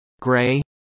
gray